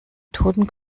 toten